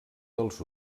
dels